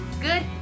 good